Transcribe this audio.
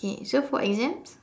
okay so for exam